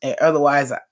Otherwise